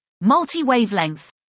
multi-wavelength